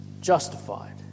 justified